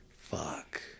Fuck